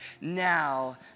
now